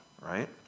right